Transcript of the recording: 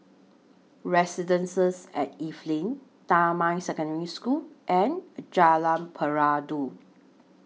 Residences At Evelyn Damai Secondary School and Jalan Peradun